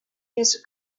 years